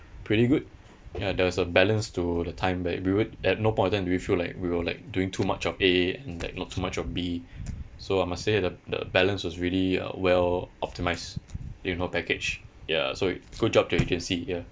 pretty good ya there was a balance to the time where we would at no point of time do you feel like we were like doing too much of A and like you know too much of B so I must say the the balance was really uh well optimised in the whole package ya so it good job to your agency ya